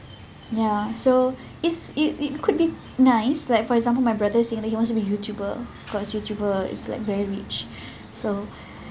ya so is it it could be nice like for example my brothers you know he wants to be a youtuber because youtuber is like very rich so